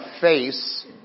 face